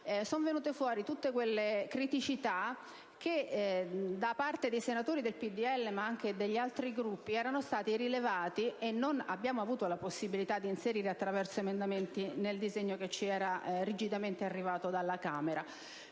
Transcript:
sono emerse tutte quelle criticità che, da parte dei senatori del PdL ma anche degli altri Gruppi, erano state rilevate, ma che non abbiamo avuto la possibilità di inserire attraverso emendamenti nel disegno di legge che ci era rigidamente arrivato dalla Camera.